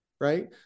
right